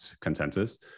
consensus